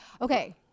Okay